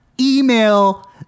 email